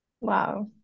wow